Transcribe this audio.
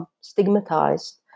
stigmatized